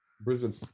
Brisbane